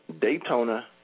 Daytona